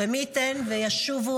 ומי ייתן וישובו,